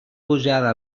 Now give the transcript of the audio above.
pujada